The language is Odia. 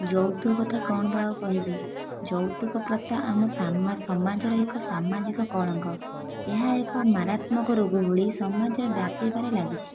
ଯୌତୁକ କଥା କ'ଣ ବା ଆଉ କହିବି ଯୌତୁକ ପ୍ରଥା ଆମ ସମାଜରେ ଏକ ସାମାଜିକ କଳଙ୍କ ଏହା ଏକ ମାରାତ୍ମକ ରୋଗ ଭଳି ସମାଜରେ ବ୍ୟାପିବାରେ ଲାଗିଛି